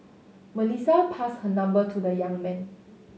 Melissa passed her number to the young man